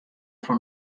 for